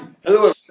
hello